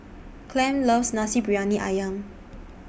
Clem loves Nasi Briyani Ayam